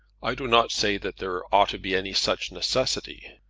i do not say that there ought to be any such necessity.